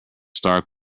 stark